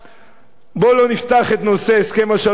בוא לא נפתח את נושא הסכם השלום עם מצרים.